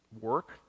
work